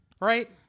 right